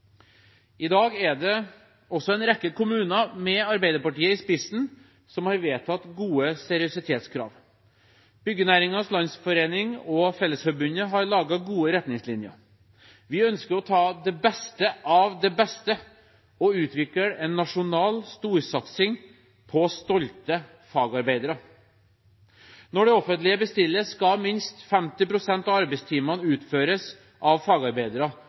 I dag er det en rekke kommuner med Arbeiderpartiet i spissen som har vedtatt gode seriøsitetskrav. Byggenæringens Landsforening og Fellesforbundet har laget gode retningslinjer. Vi ønsker å ta det beste av det beste og utvikle en nasjonal storsatsing på stolte fagarbeidere. Når det offentlige bestiller, skal minst 50 pst. av arbeidstimene utføres av fagarbeidere,